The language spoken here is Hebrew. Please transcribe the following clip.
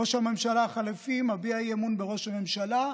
ראש הממשלה החליפי מביע אי-אמון בראש הממשלה,